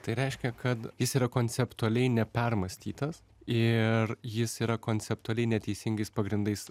tai reiškia kad jis yra konceptualiai ne permąstytas ir jis yra konceptualiai neteisingais pagrindais